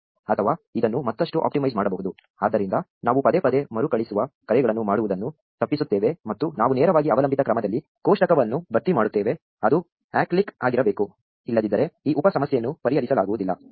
ಅಥವಾ ಇದನ್ನು ಮತ್ತಷ್ಟು ಆಪ್ಟಿಮೈಸ್ ಮಾಡಬಹುದು ಆದ್ದರಿಂದ ನಾವು ಪದೇ ಪದೇ ಮರುಕಳಿಸುವ ಕರೆಗಳನ್ನು ಮಾಡುವುದನ್ನು ತಪ್ಪಿಸುತ್ತೇವೆ ಮತ್ತು ನಾವು ನೇರವಾಗಿ ಅವಲಂಬಿತ ಕ್ರಮದಲ್ಲಿ ಕೋಷ್ಟಕವನ್ನು ಭರ್ತಿ ಮಾಡುತ್ತೇವೆ ಅದು ಅಸಿಕ್ಲಿಕ್ ಆಗಿರಬೇಕು ಇಲ್ಲದಿದ್ದರೆ ಈ ಉಪ ಸಮಸ್ಯೆಯನ್ನು ಪರಿಹರಿಸಲಾಗುವುದಿಲ್ಲ